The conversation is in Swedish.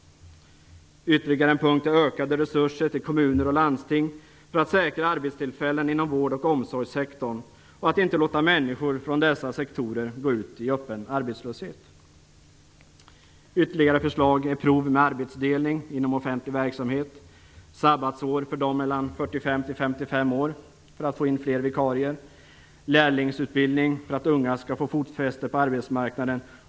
ökade resurser till kommuner och landsting för att säkra arbetstillfällen inom vård och omsorgssektorn och för att inte låta människor från dessa sektorer gå ut i öppen arbetslöshet, ? sabbatsår för dem mellan 45 och 55 år för att få in fler vikarier och ? lärlingsutbildning för att unga skall få fotfäste på arbetsmarknaden.